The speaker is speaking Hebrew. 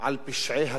על פשעי הכיבוש,